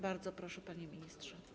Bardzo proszę, panie ministrze.